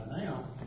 now